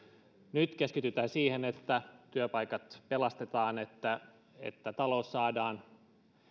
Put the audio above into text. nyt keskitytään siihen että työpaikat pelastetaan että että talous saadaan